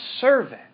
servant